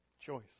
Choice